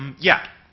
um yeah.